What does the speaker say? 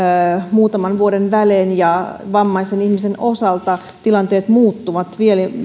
muutaman vuoden välein ja vammaisen ihmisen osalta tilanteet muuttuvat